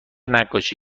نقاشی